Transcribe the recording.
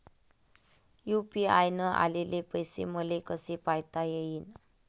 UPI न आलेले पैसे मले कसे पायता येईन?